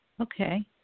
okay